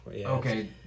Okay